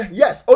yes